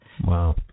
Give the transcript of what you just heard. Wow